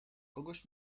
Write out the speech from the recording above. kogoś